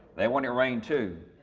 they want to rain too.